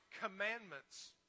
commandments